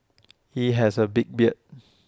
he has A big beard